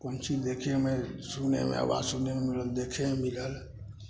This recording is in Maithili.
कोनो चीज देखेमे सुनैमे आवाज सुनै मिलल देखै मिलल